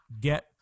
get